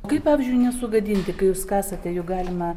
kaip pavyzdžiui nesugadinti kai jūs kasate juk galima